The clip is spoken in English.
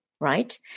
right